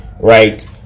right